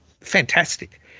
fantastic